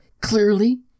clearly